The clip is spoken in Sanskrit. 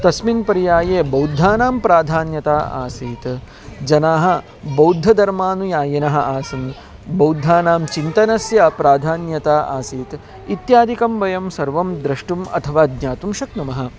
तस्मिन् पर्याये बौद्धानां प्राधान्यता आसीत् जनाः बौद्धधर्मानुयायिनः आसन् बौद्धानां चिन्तनस्य प्राधान्यता आसीत् इत्यादिकं वयं सर्वं द्रष्टुम् अथवा ज्ञातुं शक्नुमः